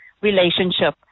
relationship